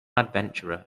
adventurer